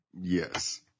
Yes